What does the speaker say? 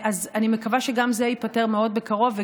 אני מקווה שגם זה ייפתר בקרוב מאוד,